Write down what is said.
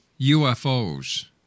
ufos